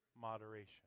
moderation